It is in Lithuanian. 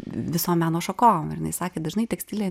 visom meno šakom ir jinai sakė dažnai tekstilė